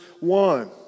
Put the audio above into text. one